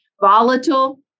volatile